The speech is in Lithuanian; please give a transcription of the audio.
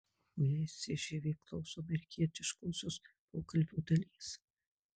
o jei cžv klauso amerikietiškosios pokalbio dalies